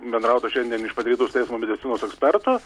bendrauta šiandien iš pat ryto su teismo medicinos ekspertu